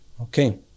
Okay